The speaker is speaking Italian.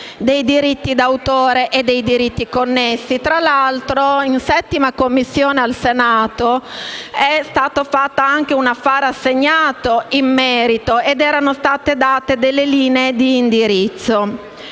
dei diritti d'autore e dei diritti connessi. Tra l'altro, in 7a Commissione al Senato è stato esaminato anche una affare assegnato in merito e sono state date delle linee di indirizzo.